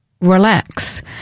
Relax